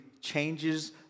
changes